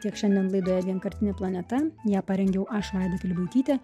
tiek šiandien laidoje vienkartinė planeta ją parengiau aš vaida pilibaitytė